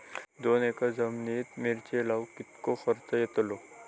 दोन एकर जमिनीत मिरचे लाऊक कितको खर्च यातलो?